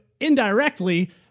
indirectly